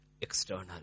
External